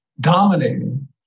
dominating